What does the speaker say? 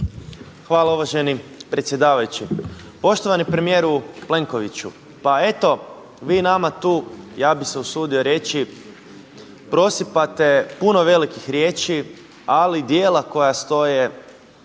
Hvala uvaženi predsjedavajući. Poštovani premijeru Plenkoviću. Pa eto vi nama tu, ja bi se usudio reći prosipate puno velikih riječi, ali djela koja stoje